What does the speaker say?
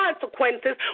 consequences